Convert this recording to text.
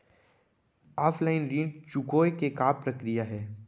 Offline ऋण चुकोय के का प्रक्रिया हे?